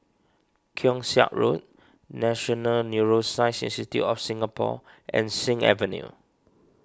Keong Saik Road National Neuroscience Institute of Singapore and Sing Avenue